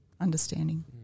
understanding